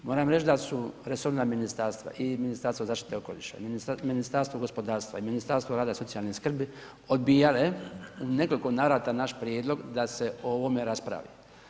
Moram reći da su resorna ministarstva i Ministarstvo zaštite okoliša i Ministarstvo gospodarstva i Ministarstvo rada i socijalne skrbi odbijale u nekoliko navrata naš prijedlog da se o ovome raspravi.